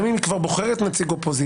גם אם היא כבר בוחרת נציג אופוזיציה,